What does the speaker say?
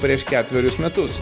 prieš ketverius metus